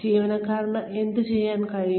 ജീവനക്കാരന് എന്തുചെയ്യാൻ കഴിയും